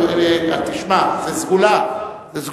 תשמע, זאת סגולה.